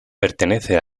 pertenece